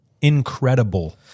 Incredible